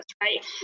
right